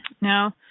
Now